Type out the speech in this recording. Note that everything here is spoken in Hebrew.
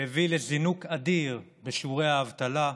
שהביא לזינוק אדיר בשיעורי האבטלה,